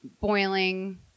boiling